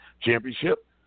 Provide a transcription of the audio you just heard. Championship